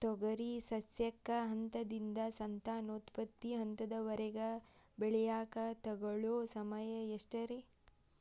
ತೊಗರಿ ಸಸ್ಯಕ ಹಂತದಿಂದ, ಸಂತಾನೋತ್ಪತ್ತಿ ಹಂತದವರೆಗ ಬೆಳೆಯಾಕ ತಗೊಳ್ಳೋ ಸಮಯ ಎಷ್ಟರೇ?